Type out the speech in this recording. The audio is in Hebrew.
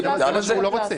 הוא אמר שהוא לא רוצה.